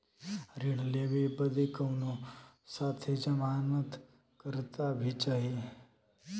ऋण लेवे बदे कउनो साथे जमानत करता भी चहिए?